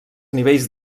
nivells